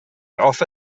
offer